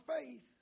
faith